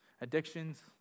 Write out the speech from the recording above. Addictions